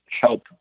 help